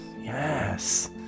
yes